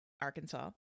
Arkansas